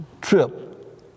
trip